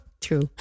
True